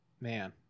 Man